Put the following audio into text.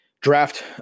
draft